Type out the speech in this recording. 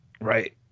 Right